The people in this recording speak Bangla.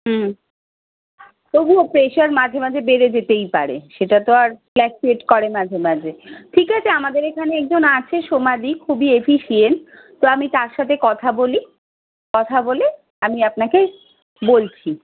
হুম তবুও প্রেশার মাঝে মাঝে বেড়ে যেতেই পারে সেটা তো আর ফ্ল্যাটের করে মাঝে মাঝে ঠিক আছে আমাদের এখানে একজন আছে সমধিক খুবই এফিশিয়েন্ট তো আমি তার সাথে কথা বলি কথা বলে আমি আপনাকে বলছি